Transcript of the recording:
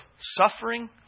suffering